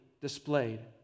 displayed